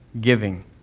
giving